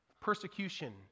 Persecution